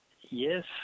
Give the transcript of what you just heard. Yes